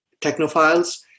technophiles